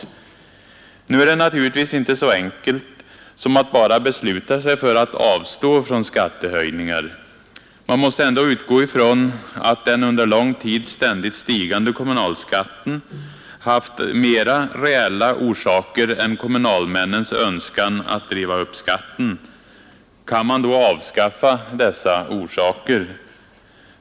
Nu är det naturligtvis inte så enkelt som att bara besluta sig för att avstå från skattehöjningar. Man måste ändå utgå ifrån att den under lång tid ständigt stigande kommunalskatten haft mera reella orsaker än kommunalmännens önskan att driva upp skatten. Kan man då avskaffa dessa orsaker?